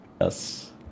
Yes